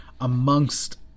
amongst